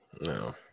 No